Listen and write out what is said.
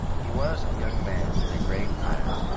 he was a young man in a grey plaid,